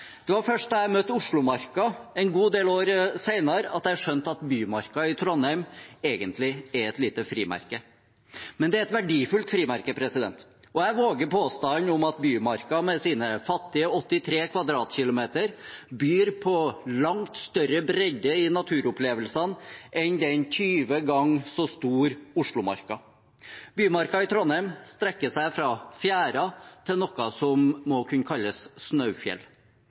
femåring var turene uendelig lange og Bymarka uendelig svær. Det først da jeg møtte Oslomarka en god del år senere, at jeg skjønte at Bymarka i Trondheim egentlig er et lite frimerke. Men det er et verdifullt frimerke, og jeg våger påstanden at Bymarka med sine fattige 83 kvadratkilometer byr på langt større bredde i naturopplevelsene enn den 20 ganger så store Oslomarka. Bymarka i Trondheim strekker seg fra fjæra til noe som må kunne kalles snaufjell.